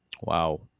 Wow